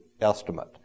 estimate